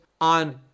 on